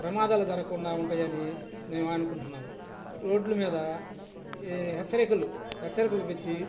ప్రమాదాలు జరగకుండా ఉంటయ్యని మేము అనుకుంటున్నాము రోడ్లు మీద ఈ హెచ్చరికలు హెచ్చరికలు పెట్టి